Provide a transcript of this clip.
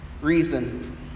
reason